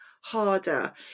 harder